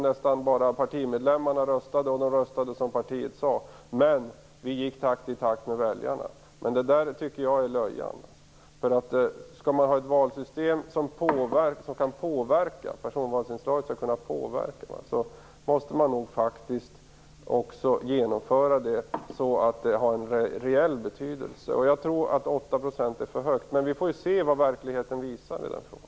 Nästan bara partimedlemmarna röstade, och de röstade som partiet sade. Alltså gick partierna i takt med väljarna. Att resonera så tycker jag är löjligt. Skall man ha ett valsystem med personvalsinslag som skall kunna påverka måste man också genomföra det så att det har en reell betydelse. Då tror jag att 8 % är för högt, men vi får se hur det går i verkligheten med den saken.